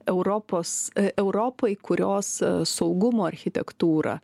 europos europai kurios saugumo architektūrą